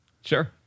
Sure